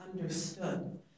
understood